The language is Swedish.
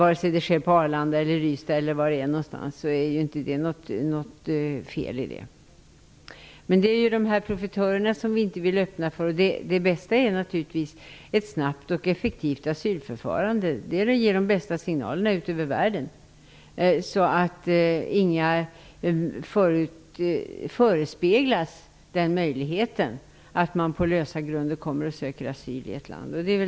Vare sig det sker på Arlanda eller i Ystad är det inte något fel i det. Dessa profitörer vill vi inte öppna dörrarna för. Det bästa är naturligtvis att ha ett snabbt och effektivt asylförfarande. Det är den bästa signalen till omvärlden. Då förespeglar man inga människor att de på lösa grunder kan komma och söka asyl i ett land.